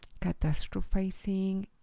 catastrophizing